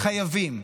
חייבים,